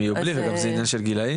הם יהיו בלי וזה גם עניין של גילאים.